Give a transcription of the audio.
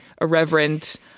irreverent